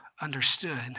understood